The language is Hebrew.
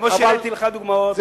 כמו שהבאתי לך דוגמאות,